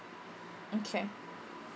okay